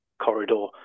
corridor